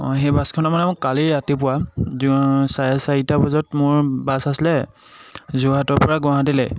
অঁ সেই বাছখনে মানে মোক কালি ৰাতিপুৱা চাৰে চাৰিটা বজাত মোৰ বাছ আছিলে যোৰহাটৰ পৰা গুৱাহাটীলৈ